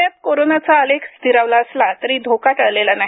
पुण्यात कोरोनाचा आलेख स्थिरावला असला तरी धोका टळलेला नाही